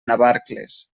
navarcles